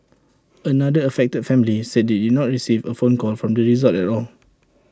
another affected family said they did not receive A phone call from the resort at all